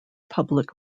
public